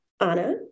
Anna